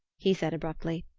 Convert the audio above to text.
he said abruptly.